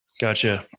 Gotcha